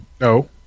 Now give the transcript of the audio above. No